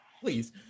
Please